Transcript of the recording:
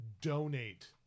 donate